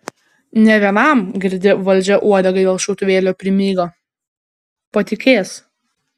ne vienam girdi valdžia uodegą dėl šautuvėlio primygo patikės